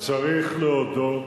צריך להודות